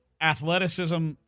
Athleticism